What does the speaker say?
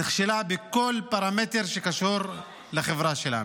נכשלה בכל פרמטר שקשור לחברה שלנו.